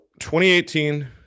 2018